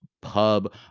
Pub